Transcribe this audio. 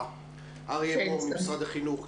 הביטחון והחירום של משרד החינוך.